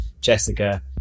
Jessica